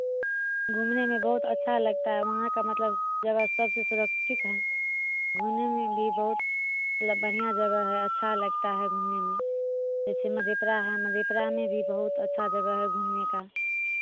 घूमने में बहुत अच्छा लगता है वहाँ का मतलब जगह सबसे सुरक्षित है घूमने में भी बहुत मतलब बढ़ियाँ जगह है अच्छा लगता है घूमने में जैसे मधेपुरा है मधेपुरा में भी बहुत अच्छा जगह है घूमने का